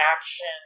Action